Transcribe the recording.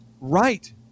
Right